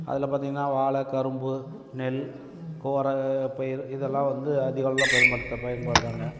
அதில் பார்த்திங்கன்னா வாழை கரும்பு நெல் கோர பயிர் இதெல்லாம் வந்து அதிகளவில் பயன்படுத்த பயன்படுறாங்க